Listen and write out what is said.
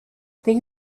they